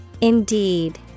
Indeed